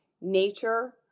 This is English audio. nature